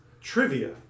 Trivia